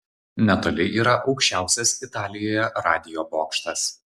netoli yra aukščiausias italijoje radijo bokštas